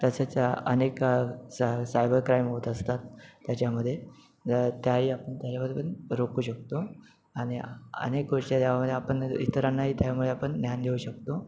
तसेच अनेक cyber crime होत असतात त्याच्यामधे त्याही आपण त्याच्यावर पण रोखू शकतो आणि अनेक गोष्टी त्यामुळे आपण इतरांनाही त्यामुळे आपण ज्ञान देऊ शकतो